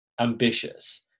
ambitious